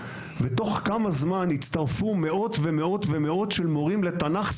ותוך זמן קצר הצטרפו מאות מורים לתנ"ך,